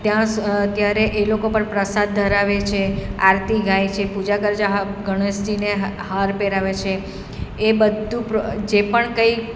ત્યાં સ ત્યારે એ લોકો પણ પ્રસાદ ધરાવે છે આરતી ગાય છે પૂજા ગરજા ગણેશજીને હ હાર પહેરાવે છે એ બધું જે પણ કંઈ